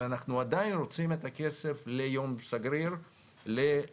אבל אנחנו עדיין רוצים את הכסף ליום סגריר לאזרחים.